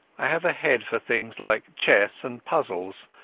i have a head for things like chess and puzzles,